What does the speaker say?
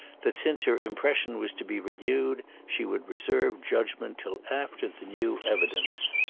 that, since her impression was to be renewed, she would reserve judgement till after the new evidence.